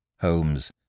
Holmes